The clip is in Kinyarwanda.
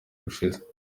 ushize